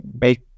make